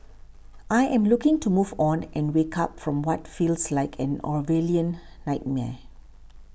I am looking to move on and wake up from what feels like an Orwellian nightmare